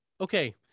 Okay